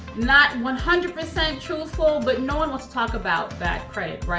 not one hundred percent truthful, but no one wants to talk about bad credit.